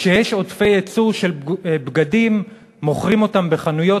כשיש עודפי ייצור של בגדים, מוכרים אותם בחנויות